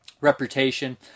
reputation